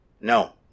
No